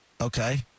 Okay